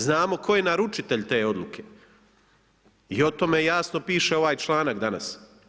Znamo tko je naručitelj te odluke i o tome jasno piše ovaj članak danas.